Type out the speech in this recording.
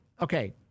Okay